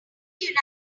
united